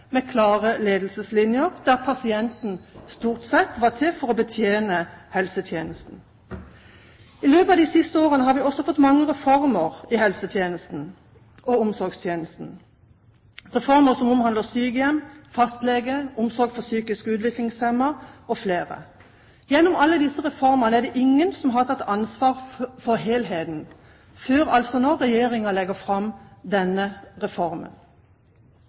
med klare ledelseslinjer, og der pasienten stort sett var til for å betjene helsetjenesten. I løpet av de siste årene har vi også fått mange reformer i helsetjenesten og omsorgstjenesten – reformer som omhandler sykehjem, fastlege, omsorg for psykisk utviklingshemmede og flere. Gjennom alle disse reformene er det ingen som har tatt ansvar for helheten, før Regjeringen nå altså legger fram denne reformen.